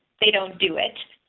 they don't do it.